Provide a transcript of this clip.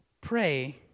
Pray